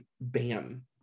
Bam